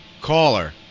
Caller